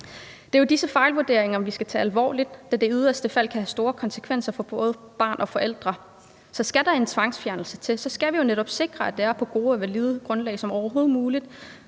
Det er jo disse fejlvurderinger, vi skal tage alvorligt, da det i yderste fald kan have store konsekvenser for både barn og forældre. Skal der en tvangsfjernelse til, skal vi jo netop sikre, at det er på så godt og validt et grundlag som overhovedet muligt.